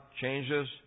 changes